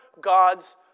God's